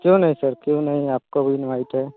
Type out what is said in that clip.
क्यों नहीं कर क्यों नहीं आपका भी इनवाइट है